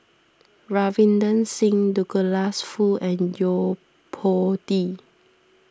Ravinder Singh Douglas Foo and Yo Po Tee